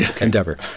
endeavor